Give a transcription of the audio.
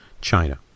China